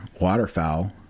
waterfowl